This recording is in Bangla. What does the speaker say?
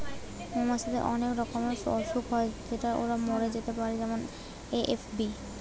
মৌমাছিদের অনেক রকমের অসুখ হয় যেটাতে ওরা মরে যেতে পারে যেমন এ.এফ.বি